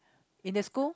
in the school